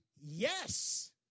Yes